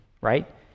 right